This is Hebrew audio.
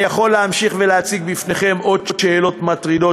אני יכול להמשיך ולהציג בפניכם עוד שאלות מטרידות